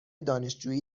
دانشجویی